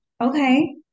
Okay